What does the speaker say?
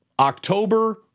October